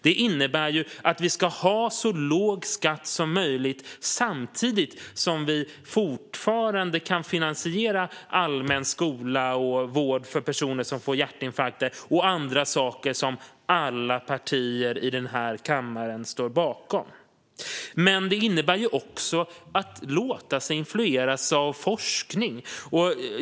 Det innebär att vi ska ha så låg skatt som möjligt samtidigt som vi fortfarande kan finansiera allmän skola, vård för personer som får hjärtinfarkt och andra saker som alla partier i den här kammaren står bakom. Men det innebär också att låta sig influeras av forskning.